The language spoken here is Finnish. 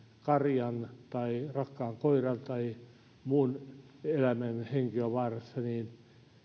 karjan tai rakkaan koiran tai muun eläimen henki on vaarassa niin